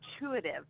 intuitive